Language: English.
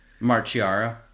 Marchiara